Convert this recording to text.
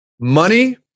Money